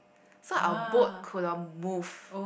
so our boat couldn't move